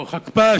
או חכפ"ש,